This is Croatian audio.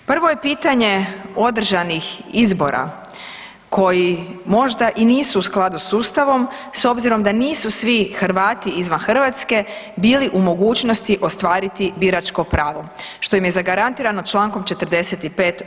Prvo je pitanje održanih izbora koji možda i nisu u skladu s Ustavom s obzirom da nisu svi Hrvati izvan Hrvatske bili u mogućnosti ostvariti biračko pravo, što im je zagarantirano čl. 45.